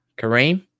Kareem